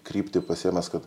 kryptį pasiėmęs kad